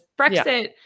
Brexit